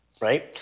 Right